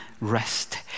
rest